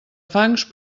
fangs